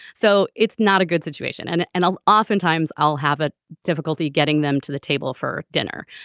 so it's not a good situation and and i'll oftentimes i'll have a difficulty getting them to the table for dinner.